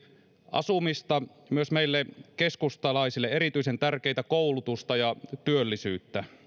asumista myös meille keskustalaisille erityisen tärkeitä koulutusta ja työllisyyttä